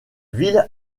ville